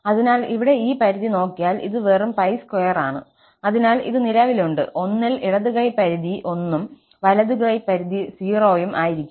അതിനാൽ ഇവിടെ ഈ പരിധി നോക്കിയാൽ ഇത് വെറും π2 ആണ് അതിനാൽ ഇത് നിലവിലുണ്ട് 1 ൽ ഇടത് കൈ പരിധി 1 ഉം വലതു കൈ പരിധി 0 ഉം ആയിരിക്കും